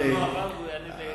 זמנו עבר, אז הוא יענה בקצרה.